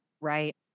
Right